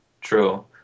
True